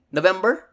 November